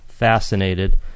fascinated